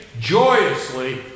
joyously